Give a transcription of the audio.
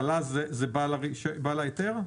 זה בעל ההיתר?